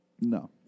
No